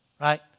right